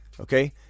okay